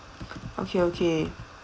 okay okay